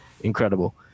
Incredible